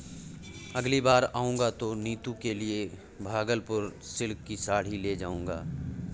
अगली बार आऊंगा तो नीतू के लिए भागलपुरी सिल्क की साड़ी ले जाऊंगा